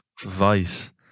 Vice